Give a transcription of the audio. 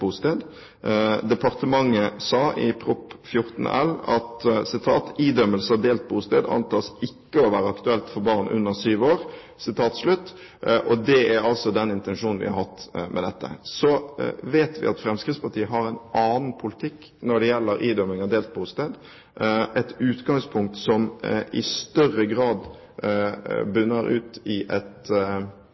bosted. Departementet sa i proposisjonen at idømmelse av delt bosted ikke antas å være aktuelt for barn under syv år. Det er den intensjonen vi har hatt med dette. Vi vet at Fremskrittspartiet har en annen politikk når det gjelder idømming av delt bosted, et utgangspunkt som i større grad bunner i et